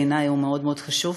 בעיני הוא מאוד מאוד חשוב,